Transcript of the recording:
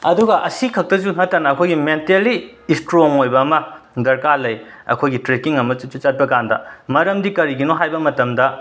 ꯑꯗꯨꯒ ꯑꯁꯤ ꯈꯛꯇꯁꯨ ꯅꯠꯇꯅ ꯑꯩꯈꯣꯏꯒꯤ ꯃꯦꯟꯇꯜꯂꯤ ꯏꯁꯇ꯭꯭ꯔꯣꯡ ꯑꯣꯏꯕ ꯑꯃ ꯗꯔꯀꯥꯔ ꯂꯩ ꯑꯩꯈꯣꯏꯒꯤ ꯇ꯭ꯔꯦꯛꯀꯤꯡ ꯑꯃ ꯆꯠꯄ ꯀꯥꯟꯗ ꯃꯔꯝꯗꯤ ꯀꯔꯤꯒꯤꯅꯣ ꯍꯥꯏꯕ ꯃꯇꯝꯗ